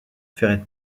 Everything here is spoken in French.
ferret